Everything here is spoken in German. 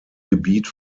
gebiet